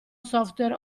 software